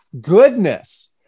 goodness